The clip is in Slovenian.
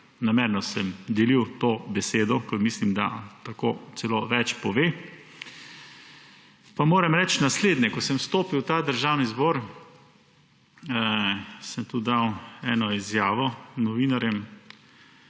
namerno sem delil to besedo, ker mislim, da tako celo več pove –, pa moram reči naslednje. Ko sem vstopil v Državni zbor, sem tudi dal eno izjavo novinarjem,